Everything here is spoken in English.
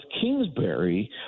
Kingsbury